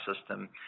system